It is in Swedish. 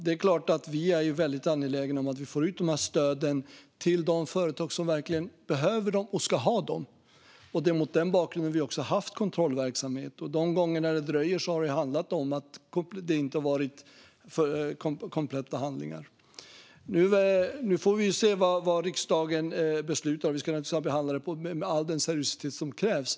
Det är klart att vi är angelägna om att få ut stöden till de företag som verkligen behöver dem och ska ha dem. Det är mot den bakgrunden vi också har haft kontrollverksamhet. De gånger stöden dröjer har det handlat om att handlingarna inte har varit kompletta. Nu får vi se vad riksdagen beslutar, och vi ska naturligtvis behandla frågan med all seriositet som den kräver.